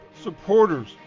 supporters